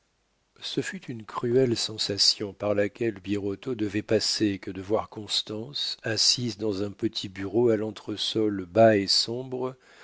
ce fut une cruelle sensation par laquelle birotteau devait passer que de voir constance assise dans un petit bureau à l'entresol bas et sombre